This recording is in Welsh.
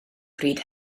bryd